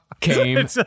came